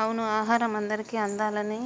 అవును ఆహారం అందరికి అందాలని